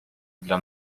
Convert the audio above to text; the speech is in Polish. dla